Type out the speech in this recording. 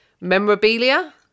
memorabilia